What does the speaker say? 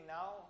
now